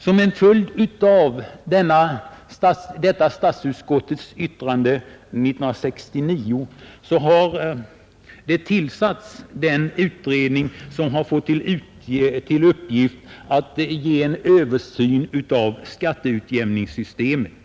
Som en följd av detta statsutskottets yttrande från 1969 har en utredning tillsatts som har till uppgift att göra en översyn av skatteutjämningssystemet.